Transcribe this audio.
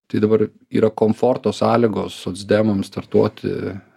tai dabar yra komforto sąlygos socdemams startuoti